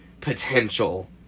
potential